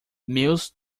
meus